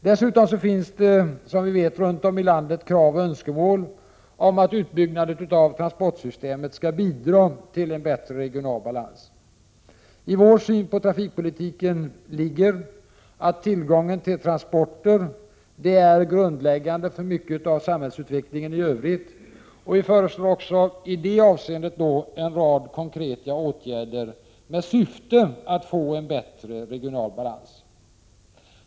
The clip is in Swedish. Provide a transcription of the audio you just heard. Dessutom finns som vi vet runt om i landet krav på och önskemål om att en utbyggnad av transportsystemet skall bidra till en bättre regional balans. I vår syn på trafikpolitiken ligger att tillgången till transporter är grundläggande för mycket av samhällsutvecklingen i övrigt. Vi föreslår också i det avseendet en rad konkreta åtgärder med syftet att få en bättre regional balans.